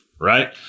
Right